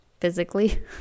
physically